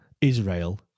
Israel